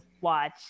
watch